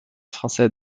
français